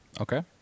Okay